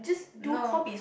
no